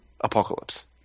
apocalypse